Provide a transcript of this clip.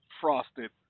frosted